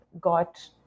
got